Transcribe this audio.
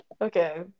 Okay